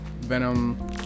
Venom